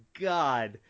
God